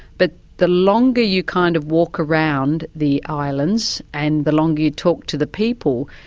but the longer you kind of walk around the islands, and the longer you talk to the people,